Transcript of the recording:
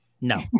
No